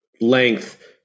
length